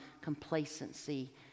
complacency